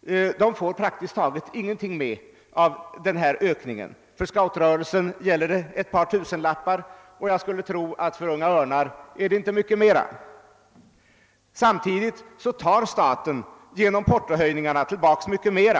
De organisationerna får praktiskt ingenting med av bidragsökningen. För scoutrörelsen rör det sig om ett par tusenlappar, och jag skulle tro att Unga örnar inte får mycket mera. Samtidigt tar staten genom portohöjningarna tillbaka mycket mer.